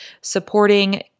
supporting